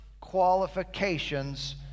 qualifications